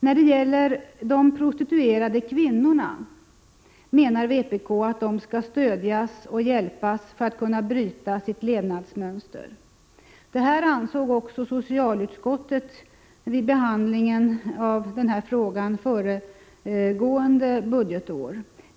När det gäller de prostituerade kvinnorna menar vpk att de skall stödjas och hjälpas för att kunna bryta sitt levnadsmönster. Detta ansåg också socialutskottet vid behandlingen av denna fråga föregående budgetår.